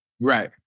Right